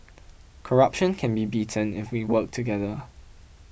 corruption can be beaten if we work together